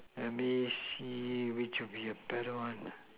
let me see which of the better one